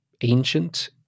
ancient